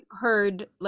heard